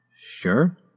Sure